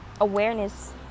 awareness